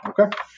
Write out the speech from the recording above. Okay